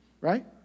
right